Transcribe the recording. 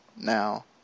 now